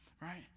right